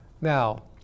Now